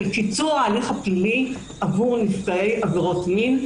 של קיצור ההליך הפלילי עבור נפגעי עבירות מין.